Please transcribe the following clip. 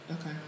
Okay